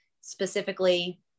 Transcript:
Specifically